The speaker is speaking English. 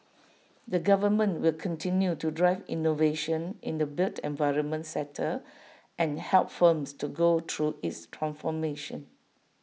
the government will continue to drive innovation in the built environment sector and help firms to go through its transformation